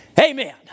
amen